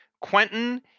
quentin